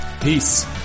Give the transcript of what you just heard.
peace